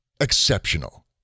exceptional